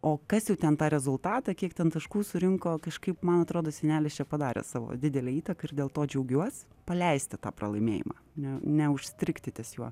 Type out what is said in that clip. o kas jau ten tą rezultatą kiek ten taškų surinko kažkaip man atrodo senelis čia padarė savo didelę įtaką ir dėl to džiaugiuos paleisti tą pralaimėjimą ne neužstrigti ties juo